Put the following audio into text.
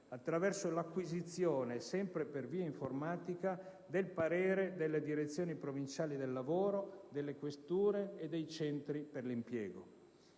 attraverso l'acquisizione, sempre in via informatica, del parere delle direzioni provinciali del lavoro, delle questure e dei centri per l'impiego.